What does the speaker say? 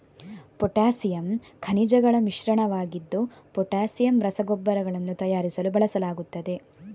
potassium ಖನಿಜಗಳ ಮಿಶ್ರಣವಾಗಿದ್ದು potassium ರಸಗೊಬ್ಬರಗಳನ್ನು ತಯಾರಿಸಲು ಬಳಸಲಾಗುತ್ತದೆ